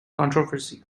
controversy